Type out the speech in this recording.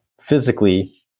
Physically